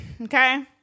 okay